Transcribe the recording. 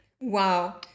Wow